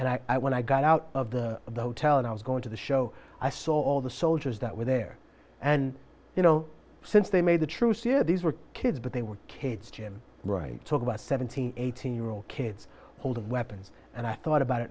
and when i got out of the of the hotel and i was going to the show i saw all the soldiers that were there and you know since they made the truth here these were kids but they were kids jim wright talk about seventeen eighteen year old kids holding weapons and i thought about it